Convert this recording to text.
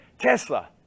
Tesla